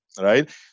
right